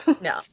No